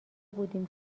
بودیم